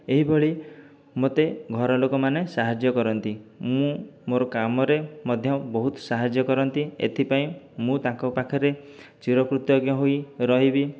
ଏହି ଭଳି ମୋତେ ଘରଲୋକମାନେ ସାହାଯ୍ୟ କରନ୍ତି ମୁଁ ମୋର କାମରେ ମଧ୍ୟ ବହୁତ ସାହାଯ୍ୟ କରନ୍ତି ଏଥିପାଇଁ ମୁଁ ତାଙ୍କ ପାଖରେ ଚିରକୃତଜ୍ଞ ହୋଇରହିବି